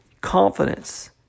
Confidence